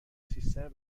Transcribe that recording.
سیستم